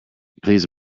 please